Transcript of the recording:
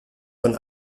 von